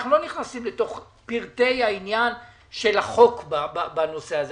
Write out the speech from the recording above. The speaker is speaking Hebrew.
אנחנו לא נכנסים לתוך פרטי העניין של החוק בנושא הזה.